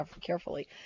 carefully